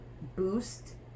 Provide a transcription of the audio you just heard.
boost